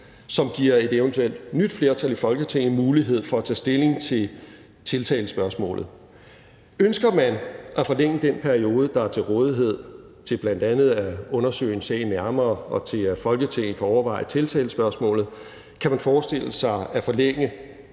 som giver et eventuelt nyt flertal i Folketinget mulighed for at tage stilling til tiltalespørgsmålet. Ønsker man at forlænge den periode, der er til rådighed, til bl.a. at undersøge en sag nærmere og til, at Folketinget kan overveje tiltalespørgsmålet, kan man forestille sig at forlænge